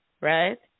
right